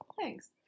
Thanks